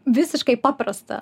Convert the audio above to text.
visiškai paprasta